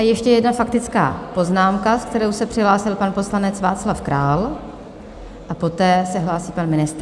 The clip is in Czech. Ještě jedna faktická poznámka, s kterou se přihlásil pan poslanec Václav Král, poté se hlásí pan ministr.